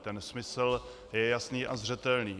Ten smysl je jasný a zřetelný.